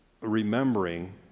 Remembering